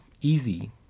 easy